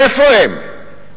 איפה הם?